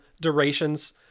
durations